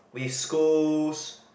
with schools